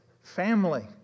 family